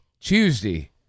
Tuesday